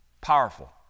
powerful